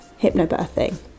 hypnobirthing